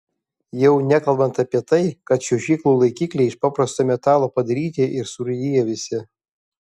jau nekalbant apie tai kad čiuožyklų laikikliai iš paprasto metalo padaryti ir surūdiję visi